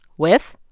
with.